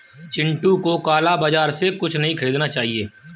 चिंटू को काला बाजार से कुछ नहीं खरीदना चाहिए